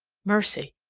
mercy!